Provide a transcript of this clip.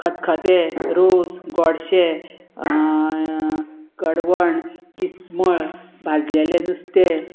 खतखते रोस गोडशे कडवण किस्मळ भाजलेले नुस्तें